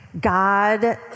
God